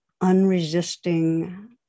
unresisting